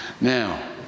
Now